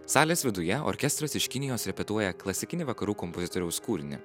salės viduje orkestras iš kinijos repetuoja klasikinį vakarų kompozitoriaus kūrinį